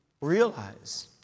realize